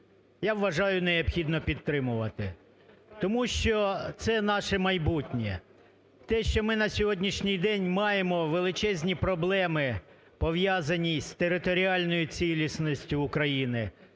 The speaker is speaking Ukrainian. я вважаю, необхідно підтримувати, тому що це наше майбутнє. Те, що ми на сьогоднішній день маємо величезні проблеми, пов'язані з територіальною цілісності України,